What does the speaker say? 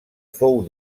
fou